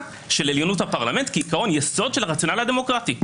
שלעליונות הפרלמנט כעיקרון יסוד של הרציונל הדמוקרטי.